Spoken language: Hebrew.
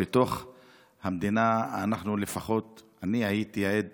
בתוך המדינה אני הייתי עד